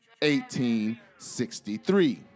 1863